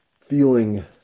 feeling